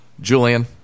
Julian